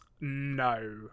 No